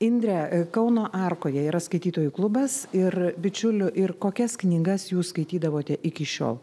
indre kauno arkoje yra skaitytojų klubas ir bičiulių ir kokias knygas jūs skaitydavote iki šiol